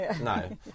no